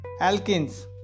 alkenes